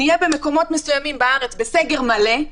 נהיה במקומות מסוימים בארץ בסגר מלא,